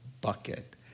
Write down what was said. bucket